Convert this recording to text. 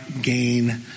gain